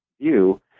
view